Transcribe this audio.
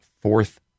fourth